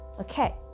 okay